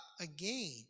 again